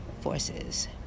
forces